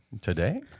today